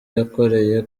yakoreye